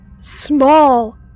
small